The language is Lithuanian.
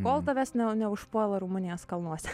kol tavęs ne neužpuola rumunijos kalnuose